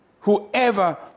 whoever